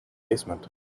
basement